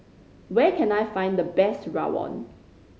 where can I find the best rawon